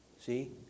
See